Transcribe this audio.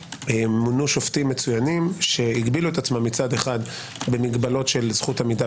מונו שופטים מצוינים שהגבילו עצמם מצד אחד במגבלות של זכות עמידה